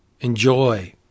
Enjoy